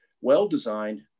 well-designed